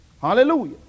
Hallelujah